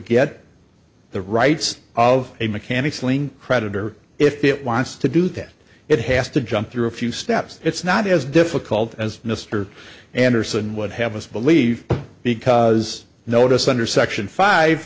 get the rights of a mechanic's lien creditor if it wants to do that it has to jump through a few steps it's not as difficult as mr anderson would have us believe because notice under section five